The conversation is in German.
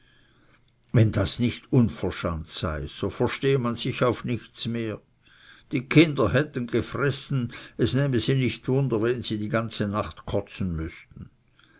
wenn das nicht uverschant sei so verstehe man sich auf nichts mehr die kinder hätten gefressen es nähme sie nicht wunder wenn sie die ganze nacht kotze müßten